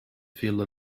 feel